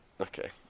Okay